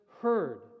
heard